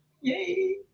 Yay